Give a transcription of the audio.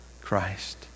Christ